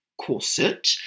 corset